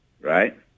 right